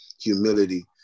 humility